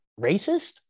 racist